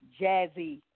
jazzy